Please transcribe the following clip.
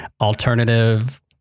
alternative